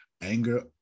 Anger